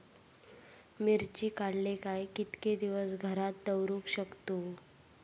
मिर्ची काडले काय कीतके दिवस घरात दवरुक शकतू?